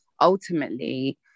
ultimately